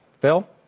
Phil